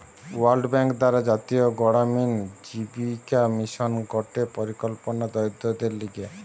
world Bank দ্বারা জাতীয় গড়ামিন জীবিকা মিশন গটে পরিকল্পনা দরিদ্রদের লিগে